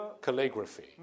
calligraphy